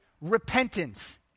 repentance